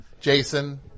Jason